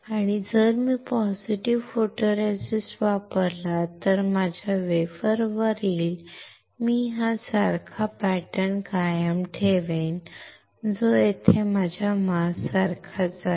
आणि जर मी पॉझिटिव्ह फोटोरेसिस्ट वापरला तर माझ्या वेफरवर मी हा सारखा पॅटर्न कायम ठेवेन जो माझ्या मास्क सारखाच आहे